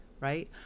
right